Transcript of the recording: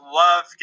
love